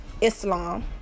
Islam